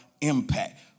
impact